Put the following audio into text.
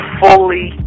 fully